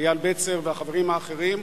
אייל בצר והחברים האחרים,